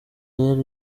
yari